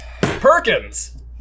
Perkins